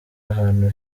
ahantu